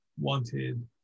Wanted